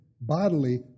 bodily